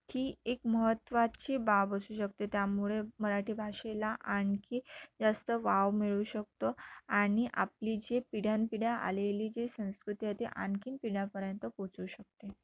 ही एक महत्त्वाची बाब असू शकते त्यामुळे मराठी भाषेला आणखी जास्त वाव मिळू शकतो आणि आपली जी पिढ्यानपिढ्या आलेली जी संस्कृती आहे ती आणखीन पिढ्यापर्यंत पोचू शकते